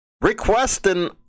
Requesting